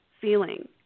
feeling